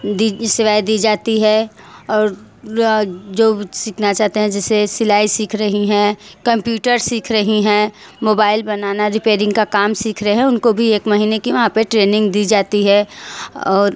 दी सेवाएँ दी जाती है और जो सीखना चाहते हैं जैसे सिलाई सीख रहीं हैं कम्प्यूटर सीख रहीं हैं मोबाइल बनाना रिपेयरिंग का काम सीख रहे हैं उनको भी एक महीने की वहाँ पर ट्रेनिंग दी जाती है और